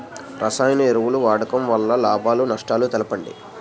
రసాయన ఎరువుల వాడకం వల్ల లాభ నష్టాలను తెలపండి?